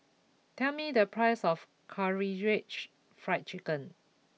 tell me the price of Karaage Fried Chicken